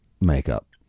makeup